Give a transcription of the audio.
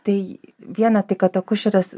tai viena tai kad akušerės